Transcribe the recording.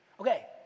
Okay